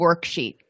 worksheet